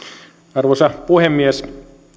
arvoisa puhemies